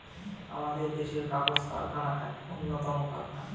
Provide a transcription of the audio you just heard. আমাদের দেশের কাগজ কারখানা এক উন্নতম কারখানা